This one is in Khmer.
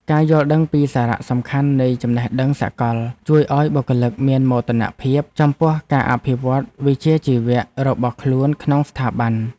ការយល់ដឹងពីសារៈសំខាន់នៃចំណេះដឹងសកល ជួយឱ្យបុគ្គលិកមានមោទនភាពចំពោះការអភិវឌ្ឍវិជ្ជាជីវៈរបស់ខ្លួនក្នុងស្ថាប័ន។